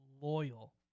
loyal